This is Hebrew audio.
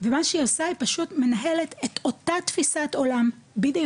ומה שהיא עושה היא פשוט מנהלת את אותה תפיסת עולם בדיוק,